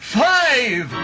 five